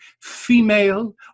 female